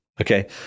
okay